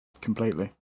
completely